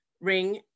ring